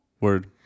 Word